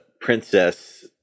princess